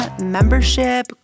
membership